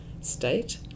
state